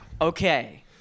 Okay